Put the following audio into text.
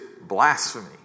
blasphemy